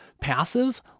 passive